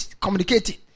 communicating